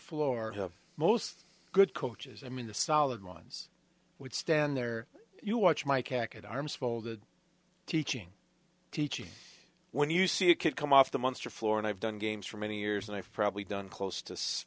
floor most good coaches i mean the solid ones would stand there you watch my casket arms folded teaching teaching when you see a kid come off the munster floor and i've done games for many years and i've probably done